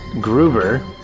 Gruber